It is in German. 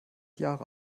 jahre